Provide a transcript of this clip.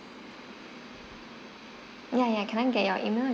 yeah yeah can I get your email address